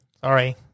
Sorry